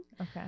Okay